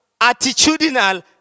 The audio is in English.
attitudinal